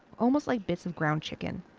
almost like bits of ground chicken.